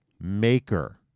maker